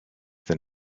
than